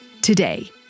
Today